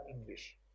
English